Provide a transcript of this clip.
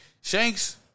Shanks